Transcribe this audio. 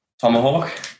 Tomahawk